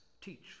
teach